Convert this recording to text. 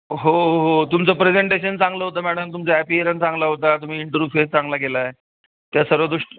हो हो तुमचं प्रेझेंटेशन चांगलं होतं मॅडम तुमचा ॲपियरन चांगला होता तुम्ही इंटरव्यू फेस चांगला केला आहे त्या सर्व दुश